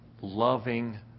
loving